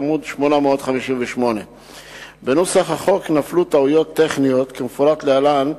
עמוד 858. בנוסח החוק נפלו טעויות טכניות כמפורט להלן,